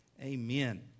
Amen